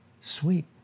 Sweet